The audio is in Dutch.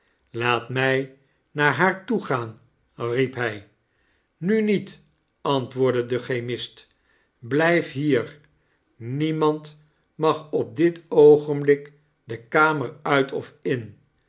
laat mij naar haar toe gaan riep hij nu niet antwoordde de chemist blijf hier niemamd mag op dit oogenblik de kamer uit of in